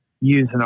using